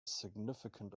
significant